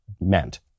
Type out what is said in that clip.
meant